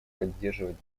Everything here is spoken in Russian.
поддерживать